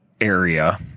area